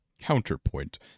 counterpoint